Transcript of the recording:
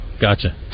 Gotcha